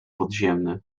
podziemny